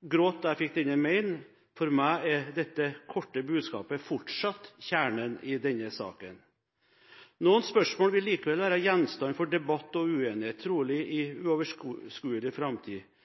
gråt da jeg fikk denne mailen. For meg er dette korte budskapet fortsatt kjernen i denne saken. Noen spørsmål vil likevel være gjenstand for debatt og uenighet, trolig i uoverskuelig framtid.